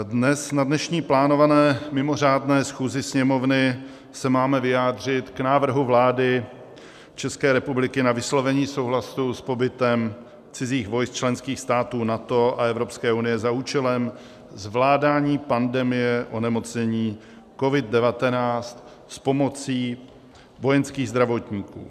Dnes, na dnešní plánované mimořádné schůzi Sněmovny, se máme vyjádřit k návrhu vlády České republiky na vyslovení souhlasu s pobytem cizích vojsk členských států NATO a Evropské unie za účelem zvládání pandemie onemocnění COVID19 s pomocí vojenských zdravotníků.